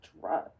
drug